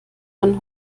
man